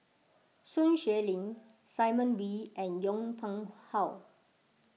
Sun Xueling Simon Wee and Yong Pung How